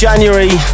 January